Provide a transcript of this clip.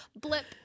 blip